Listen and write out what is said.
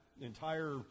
entire